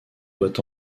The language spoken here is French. doit